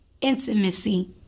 intimacy